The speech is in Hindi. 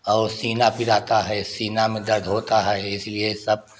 और सीना पिराता है सीना में दर्द होता है इसीलिए सब